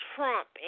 Trump